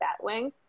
Batwing